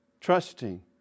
trusting